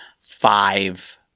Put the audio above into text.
five